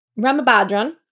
Ramabhadran